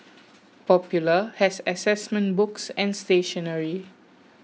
popular has assessment books and stationery